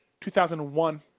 2001